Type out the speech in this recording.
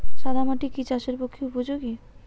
সাদা মাটি কি চাষের পক্ষে উপযোগী?